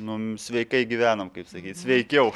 nu sveikai gyvenam kaip sakyt sveikiau